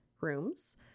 rooms